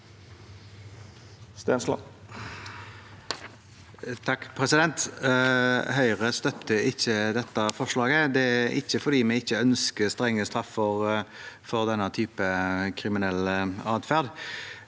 Høyre støtter ikke dette forslaget. Det er ikke fordi vi ikke ønsker strenge straffer for denne type kriminell adferd,